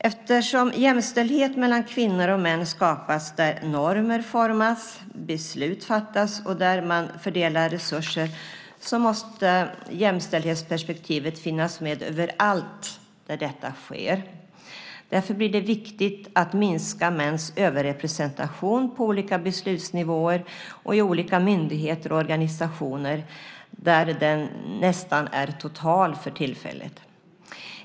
Eftersom jämställdhet mellan kvinnor och män skapas där normer formas, beslut fattas och där man fördelar resurser måste jämställdhetsperspektivet finnas med överallt där detta sker. Därför blir det viktigt att minska mäns överrepresentation på olika beslutsnivåer och i olika myndigheter och organisationer, där den nästan är total för tillfället.